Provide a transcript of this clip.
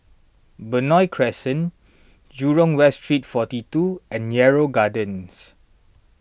Benoi Crescent Jurong West Street forty two and Yarrow Gardens